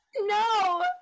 No